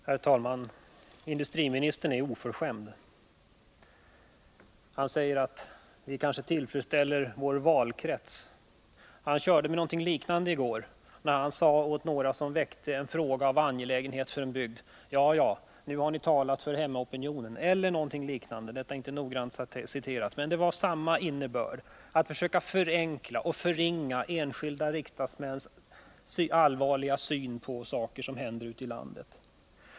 Herr talman! Industriministern är oförskämd. Han säger att vi vill tillfredsställa vår valkrets. Han körde med någonting liknande i går, när han sade till några som väckte en fråga av angelägenhet för en bygd att de talade för hemmaopinionen. Jag kan inte ordagrant citera vad industriministern sade, men det hade den innebörden. Det gick ut på att försöka förenkla och förringa enskilda riksdagsmäns allvarliga syn på saker som händer ute i landet.